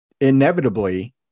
inevitably